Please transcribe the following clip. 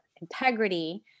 integrity